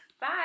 bye